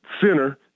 center